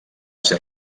ser